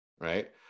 right